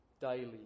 daily